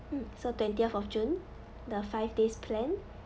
mm so twentieth of june the five days plan